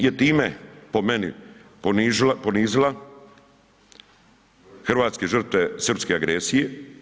Vlada je time po meni, ponizila, hrvatske žrtve srpske agresije.